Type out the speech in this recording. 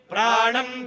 Pranam